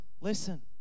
listen